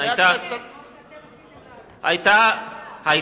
כמו שאתם עשיתם לנו, מהכנסת הבאה.